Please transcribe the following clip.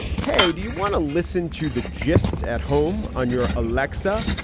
hey, do you want to listen to the gist at home on your aleksa?